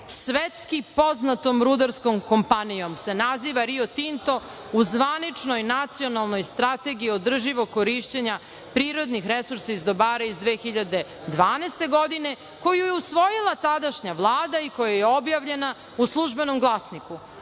Svetski poznatom rudarskom kompanijom se naziva Rio Tinto u zvaničnoj Nacionalnoj strategiji održivog korišćenja prirodnih resursa iz dobara, iz 2012. godine koju je usvojila tadašnja Vlada i koja je objavljena u „Službenom glasniku“.Kako